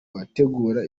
bategura